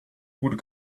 would